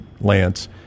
Lance